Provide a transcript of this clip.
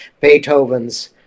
Beethoven's